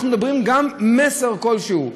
אנחנו מדברים על מסר כלשהו,